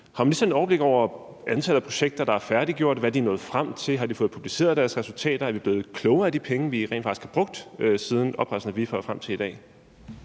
har ministeren et overblik over antallet af projekter, der er færdiggjorte, hvad de er nået frem til, om de har fået publiceret deres resultater, og om vi er blevet klogere af de penge, vi rent faktisk har brugt siden oprettelsen af ViFAB og frem til i dag?